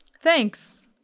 Thanks